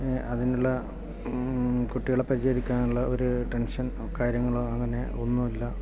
അതിനുള്ള കുട്ടികളെ പരിചരിക്കാനുള്ള ഒരു ടെൻഷൻ കാര്യങ്ങൾ അങ്ങനെ ഒന്നുമില്ല